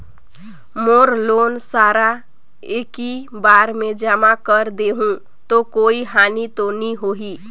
मोर loan सारा एकी बार मे जमा कर देहु तो कोई हानि तो नी होही?